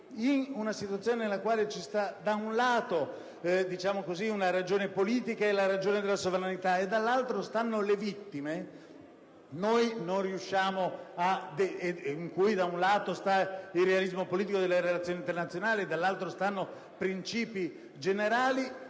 in una situazione nella quale c'è, da un lato, una ragione politica e la ragione della sovranità e, dall'altro, stanno le vittime; in cui, da un lato, sta il realismo politico delle relazioni internazionali e, dall'altro, stanno i principi generali,